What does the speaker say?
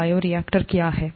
bioreactor क्या है